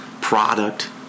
product